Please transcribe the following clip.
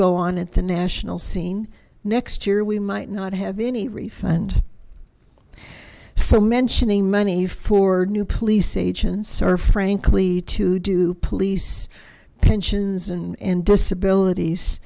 go on at the national scene next year we might not have any refund so mentioning money for new police agents are frankly to do police pensions and disabilit